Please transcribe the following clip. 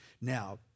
Now